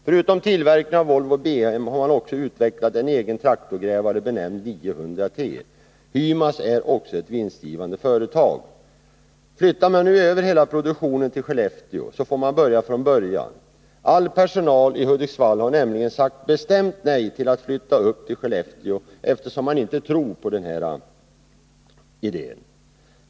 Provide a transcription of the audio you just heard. Förutom att man bedriver tillverkning av Volvo BM har man också utvecklat en egen traktorgrävare benämnd 900 T. Hymas är vidare ett vinstgivande företag. Flyttar man över hela produktionen till Skellefteå, får man börja om från början. Hela personalen i Hudiksvall har nämligen bestämt sagt nej till att flytta upp till Skellefteå, eftersom man inte tror på den idén.